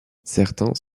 certains